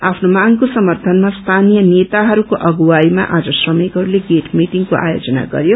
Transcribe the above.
आफ्नो मागको समर्थनमा स्थानीय नेताहरूको अणुवाईमा आज श्रमिकहस्ले गेट मिटिङको आयोजन गरयो